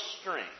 strength